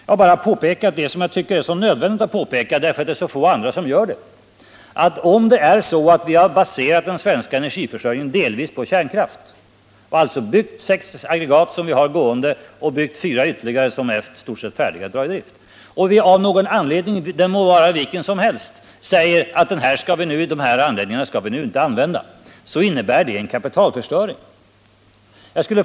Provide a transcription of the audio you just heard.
Jag har bara påpekat det som jag tycker är så nödvändigt att påpeka därför att så få andra gör det, nämligen att om vi har baserat den svenska energiförsörjningen delvis på kärnkraft — alltså har sex aggregat i drift och ytterligare fyra som är i stort sett färdiga att tas i drift — och vi av någon anledning, det må vara vilken som helst, säger att dessa anläggningar inte skall användas, innebär det en kapitalförstöring.